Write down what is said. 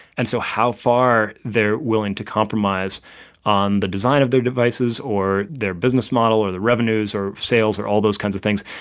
and so how far they're willing to compromise on the design of their devices or their business model or the revenues or sales or all those kinds of things,